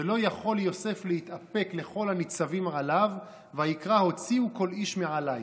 "ולא יכל יוסף להתאפק לכל הנצבים עליו ויקרא הוציאו כל איש מעלי".